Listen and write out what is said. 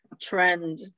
trend